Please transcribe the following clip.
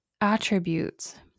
attributes